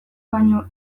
baino